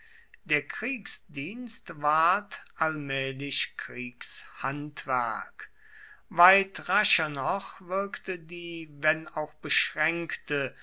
der kriegsdienst ward allmählich kriegshandwerk weit rascher noch wirkte die wenn auch beschränkte